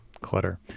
clutter